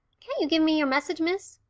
can't you give me your message miss?